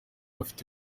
bafite